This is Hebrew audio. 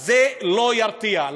אז זה לא ירתיע.